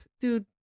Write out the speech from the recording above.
dude